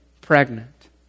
pregnant